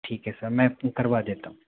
ठीक है सर मैं करवा देता हूँ